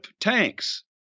tanks